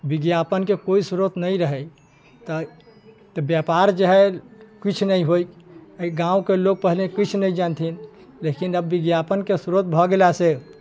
विज्ञापनके कोइ स्रोत नहि रहय तऽ व्यापार जे हइ किछु नहि होइ एहि गामके लोक पहिने किछु नहि जानथिन लेकिन आब विज्ञापनके स्रोत भऽ गयलासँ